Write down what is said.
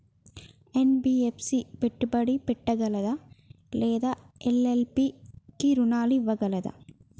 NBFC పెట్టుబడి పెట్టగలదా లేదా ఎల్.ఎల్.పి కి రుణాలు ఇవ్వగలదా?